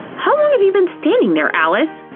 how long have you been standing there, alice?